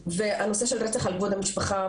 הנושא של רצח על כבוד המשפחה,